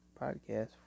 podcast